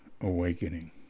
awakening